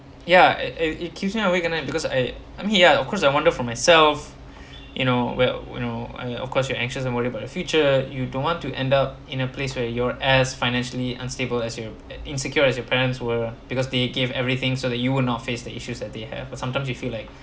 ya and it it keeps me awake at night because I I mean ya of course I wonder for myself you know well you know I of course you're anxious and worry about the future you don't want to end up in a place where you're as financially unstable as you a~ insecure as your parents were because they gave everything so that you will not face the issues that they have but sometimes you feel like